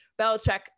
Belichick